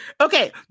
Okay